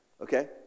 okay